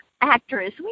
actress